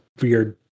weird